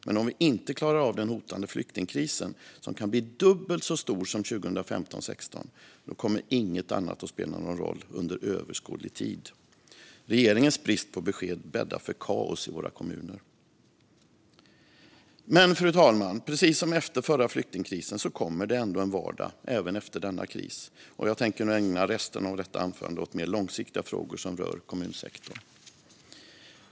Men om vi inte klarar av den hotande flyktingkrisen, som kan bli dubbelt så stor som krisen 2015/16, kommer inget annat att spela någon roll under överskådlig tid. Regeringens brist på besked bäddar för kaos i våra kommuner. Men, fru talman, precis som efter förra flyktingkrisen kommer det en vardag även efter denna kris. Jag tänker ägna resten av detta anförande åt mer långsiktiga frågor som rör kommunsektorn.